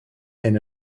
hyn